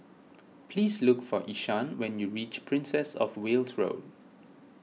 please look for Ishaan when you reach Princess of Wales Road